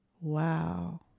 Wow